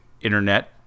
internet